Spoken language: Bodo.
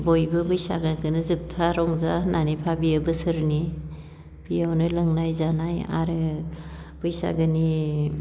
बयबो बैसागोखोनो जोबथा रंजा होननानै भाबियो बोसोरनि बियावनो लोंनाय जानाय आरो बैसागोनि